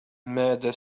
ماذا